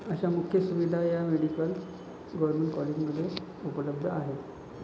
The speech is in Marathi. अशा मुख्य सुविधा ह्या मेडिकल गव्हर्मेंट कॉलेजमध्ये उपलब्ध आहे